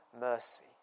mercy